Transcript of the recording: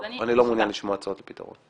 אני לא מעוניין לשמוע הצעות לפתרון.